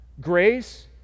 Grace